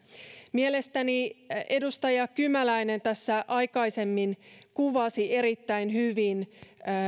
mielestäni edustaja kymäläinen tässä aikaisemmin kuvasi erittäin hyvin